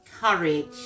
courage